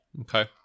Okay